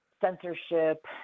censorship